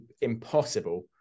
impossible